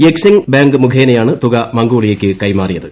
Exim Bank മുഖേനയാണ് തുക മംഗോളിയക്ക് കൈമാറിയത്